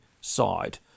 side